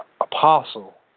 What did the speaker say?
apostle